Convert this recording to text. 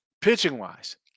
Pitching-wise